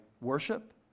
worship